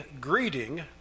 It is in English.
greeting